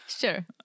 sure